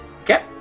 Okay